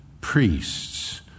priests